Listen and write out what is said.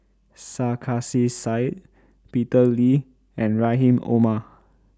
Sarkasi Said Peter Lee and Rahim Omar